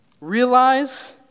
Realize